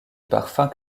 parfum